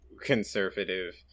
conservative